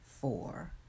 four